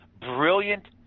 brilliant